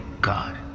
God